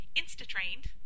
insta-trained